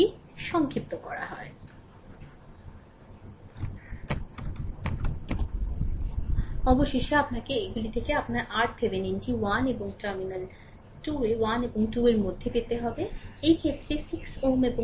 সুতরাং অবশেষে আপনাকে এগুলি থেকে আপনার RThevenin টি 1 এবং 2 টার্মিনাল 1 এবং 2 এর মধ্যে পেতে হবে আমাকে এটি পরিষ্কার করতে দিন